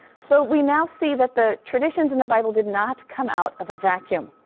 so we now see that the traditions in the bible did not come out of a vacuum.